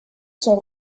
sont